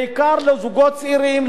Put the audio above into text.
בעיקר לזוגות צעירים,